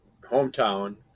hometown